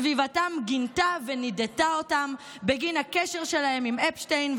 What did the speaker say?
סביבתם גינתה ונידתה אותם בגין הקשר שלהם עם אפשטיין,